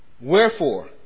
Wherefore